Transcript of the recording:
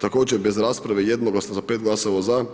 Također, bez rasprave jednoglasno sa 5 glasova za